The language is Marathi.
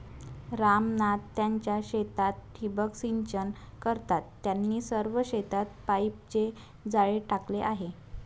राम नाथ त्यांच्या शेतात ठिबक सिंचन करतात, त्यांनी सर्व शेतात पाईपचे जाळे टाकले आहे